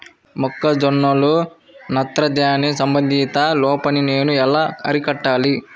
మొక్క జొన్నలో నత్రజని సంబంధిత లోపాన్ని నేను ఎలా అరికట్టాలి?